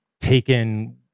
taken